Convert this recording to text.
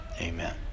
amen